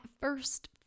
first